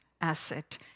asset